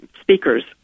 speakers